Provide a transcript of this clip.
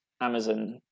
Amazon